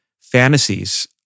fantasies